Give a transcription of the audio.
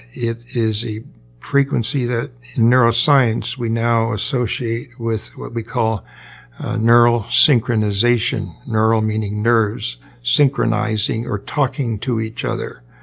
it is a frequency that in neuroscience we now associate with what we call neural synchronization neural meaning nerves synchronizing or talking to each other.